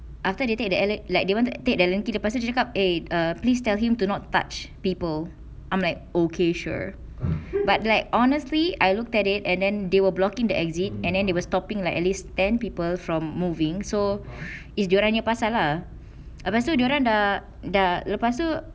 after they take the alle~ like they want to take the allen key lepas tu dia cakap eh err please tell him do not touch people I'm like okay sure but like honestly I looked at it and then they were blocking the exit and then they were stopping like at least ten people from moving so it's dia orang punya pasal lah